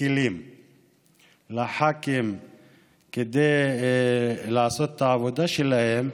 כלים לח"כים כדי לעשות את העבודה שלהם.